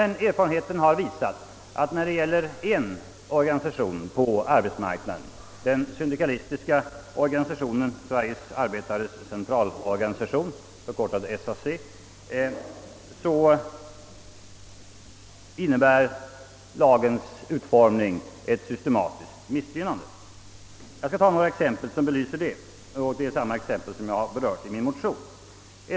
När det gäller en organisation på arbetsmarknaden, den syndikalistiska organisationen Sveriges arbetares centralorganisation, SAC, har erfarenheten emellertid visat att lagstiftningen innebär ett systematiskt missgynnande. Jag skall anföra några exempel som belyser detta. Det är samma exempel som jag har berört i min motion.